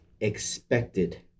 expected